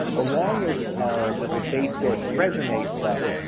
along with the basic resume stuff,